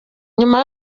nyuma